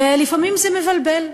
ולפעמים זה מבלבל,